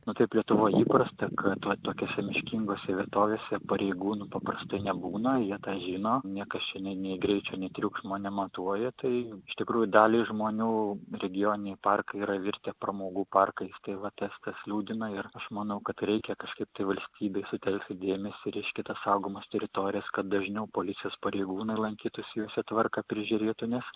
na kaip lietuvoj įprasta kad va tokiose miškingose vietovėse pareigūnų paprastai nebūna jie tą žino niekas čia nei neu greičio triukšmo nematuoja tai iš tikrųjų daliai žmonių regioniniai parkai yra virtę pramogų parkais tai va tas tas liūdina ir aš manau kad reikia kažkaip tai valstybei sutelkti dėmesį reiškia tas saugomas teritorijas kad dažniau policijos pareigūnai lankytųsi juose tvarką prižiūrėtų nes